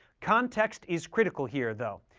context is critical here, though.